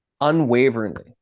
unwaveringly